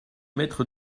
maître